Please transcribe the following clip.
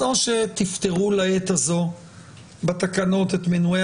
אז או שתפתרו לעת הזו בתקנות את מנועי